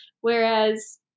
Whereas